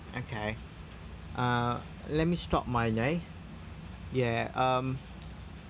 okay uh let me start mine yeah um